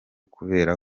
kubera